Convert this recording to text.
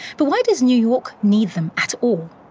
but why does new york need them at all?